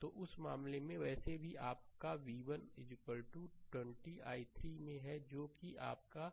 तो उस मामले में वैसे भी आपका v1 वास्तव में 20 i3 में है जो कि आपका